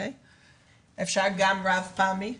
אפשר גם רב פעמי.